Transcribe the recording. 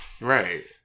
right